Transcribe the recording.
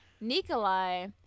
Nikolai